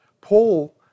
Paul